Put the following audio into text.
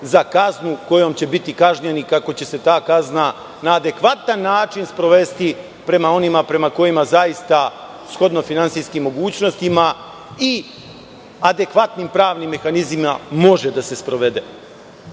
za kaznu kojom će biti kažnjeni, kako će se ta kazna na adekvatan način sprovesti prema onima prema kojima zaista, shodno finansijskim mogućnostima i adekvatnim pravnim mehanizmima, može da se sprovede. Postoji